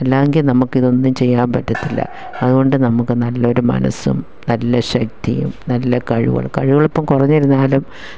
അല്ലാ എങ്കിൽ നമുക്കിതൊന്നും ചെയ്യാൻ പറ്റത്തില്ല അത്കൊണ്ട് നമുക്ക് നല്ല ഒരു മനസ്സും നല്ല ശക്തിയും നല്ല കഴിവുകൾ കഴിവുകളിപ്പം കുറഞ്ഞിരുന്നാലും